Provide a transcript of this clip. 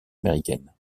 américaine